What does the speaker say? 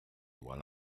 while